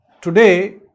today